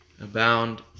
abound